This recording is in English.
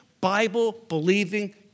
Bible-believing